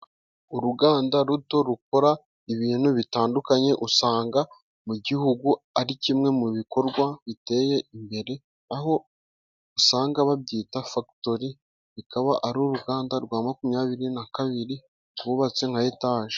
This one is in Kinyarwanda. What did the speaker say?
Uruganda ruto rukora ibintu bitandukanye. Usanga mu gihugu ari kimwe mu bikorwa biteye imbere aho usanga babyita fagitori; bikaba ari uruganda rwa makumyabiri na kabiri rukaba rwubatse nka etaje.